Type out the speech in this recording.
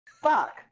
Fuck